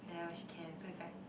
and then when she can so it's like